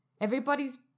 Everybody's